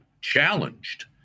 challenged